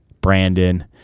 brandon